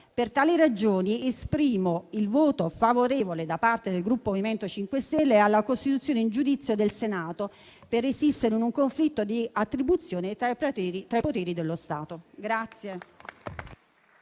Per tali ragioni esprimo il voto favorevole da parte del Gruppo MoVimento 5 Stelle alla costituzione in giudizio del Senato, per resistere in un conflitto di attribuzione tra i poteri dello Stato.